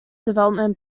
development